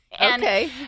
Okay